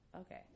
Okay